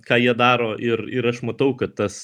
ką jie daro ir ir aš matau kad tas